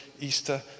easter